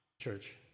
church